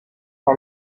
par